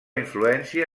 influència